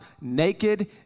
naked